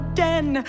den